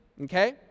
okay